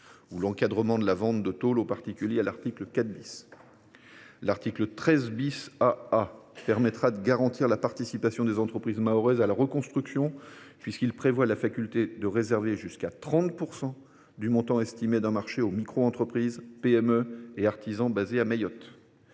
ou l’encadrement de la vente de tôles aux particuliers à l’article 4. L’article 13 AA permettra de garantir la participation des entreprises mahoraises à la reconstruction, puisqu’il prévoit la faculté de réserver jusqu’à 30 % du montant estimé d’un marché aux microentreprises, PME et artisans basés à Mayotte.